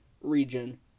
region